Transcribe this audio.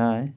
नय?